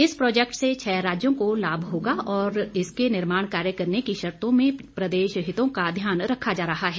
इस प्रोजैक्ट से छह राज्यों को लाभ होगा तथा इसके निर्माण कार्य करने की शर्तों में प्रदेश हितों का ध्यान रखा जा रहा है